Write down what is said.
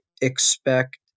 expect